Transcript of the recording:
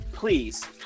Please